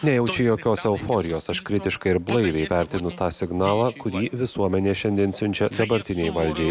nejaučiu jokios euforijos aš kritiškai ir blaiviai vertinu tą signalą kurį visuomenė šiandien siunčia dabartinei valdžiai